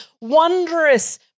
wondrous